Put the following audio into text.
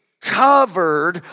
covered